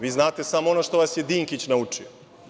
Vi znate samo ono što vas je Dinkić naučio.